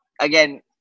again